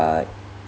uh